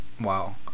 Wow